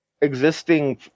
existing